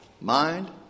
mind